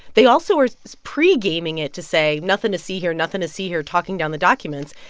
they also are pregaming it to say, nothing to see here, nothing to see here, talking down the documents.